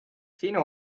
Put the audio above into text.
sinu